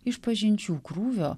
išpažinčių krūvio